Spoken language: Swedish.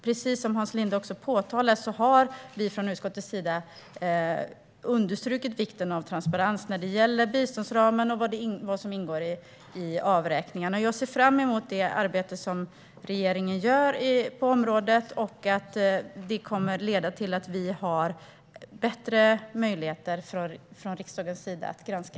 Precis som Hans Linde påpekar har vi från utskottets sida understrukit vikten av transparens när det gäller biståndsramen och vad som ingår i avräkningarna. Jag ser fram emot det arbete som regeringen gör på området och att det kommer att leda till att vi från riksdagens sida har bättre möjligheter att granska.